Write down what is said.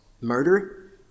Murder